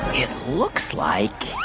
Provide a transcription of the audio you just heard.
it looks like.